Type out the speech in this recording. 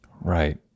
Right